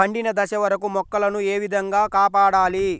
పండిన దశ వరకు మొక్కల ను ఏ విధంగా కాపాడాలి?